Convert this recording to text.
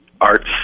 arts